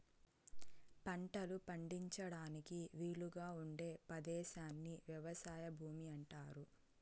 పంటలు పండించడానికి వీలుగా ఉండే పదేశాన్ని వ్యవసాయ భూమి అంటారు